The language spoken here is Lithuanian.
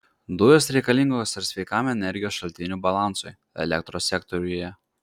dujos reikalingos ir sveikam energijos šaltinių balansui elektros sektoriuje